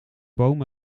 bomen